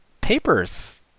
papers